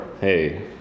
Hey